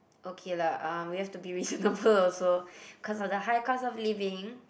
okay lah uh we have to be reasonable also cause of the high cost of living